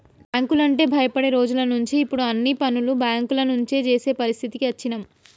బ్యేంకులంటే భయపడే రోజులనుంచి ఇప్పుడు అన్ని పనులు బ్యేంకుల నుంచే జేసే పరిస్థితికి అచ్చినం